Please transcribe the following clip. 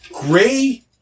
Gray